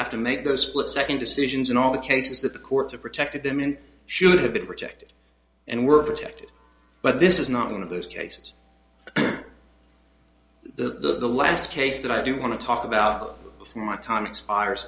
have to make those split second decisions in all the cases that the courts are protected them in should have been protected and were protected but this is not one of those cases the last case that i do want to talk about before my time expires